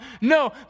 no